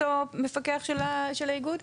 אותו מפקח של האיגוד.